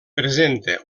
presenta